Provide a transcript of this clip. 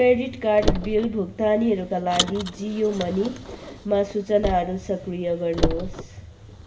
credit card bill भुक्तानीहरूका लागि जियो मनीमा सूचनाहरू सक्रिय गर्नुहोस्